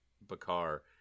Bakar